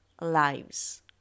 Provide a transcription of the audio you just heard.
lives